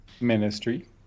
Ministry